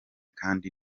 kandi